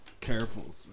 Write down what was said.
Careful